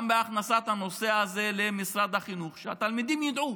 גם בהכנסת הנושא הזה למשרד החינוך, שהתלמידים ידעו